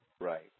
Right